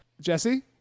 Jesse